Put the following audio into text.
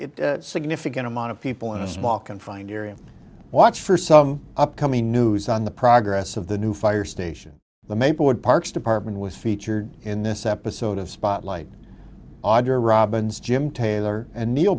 significant amount of people in a small confined area watch for some upcoming news on the progress of the new fire station the maplewood parks department was featured in this episode of spotlight adria robins jim taylor and ne